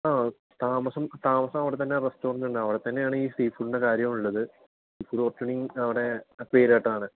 ആ താമസം താമസം അവിടെ തന്നെ റസ്റ്റോറന്റ് ഉണ്ട് അവിടെ തന്നെ ആണ് ഈ ഫുഡിൻ്റെ കാര്യം ഉള്ളത് ഫിഷ് റോസ്റ്റും അവിടെ പേരുകേട്ടതാണ്